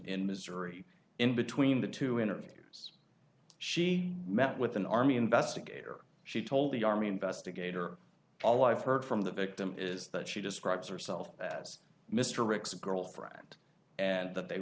in misery in between the two interviews she met with an army investigator she told the army investigator all i've heard from the victim is that she describes herself as mr ricks girlfriend and that they